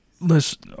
Listen